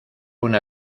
una